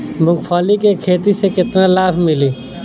मूँगफली के खेती से केतना लाभ मिली?